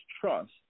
trust